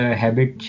habit